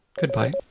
Goodbye